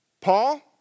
Paul